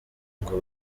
ngo